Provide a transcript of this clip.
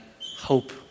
hope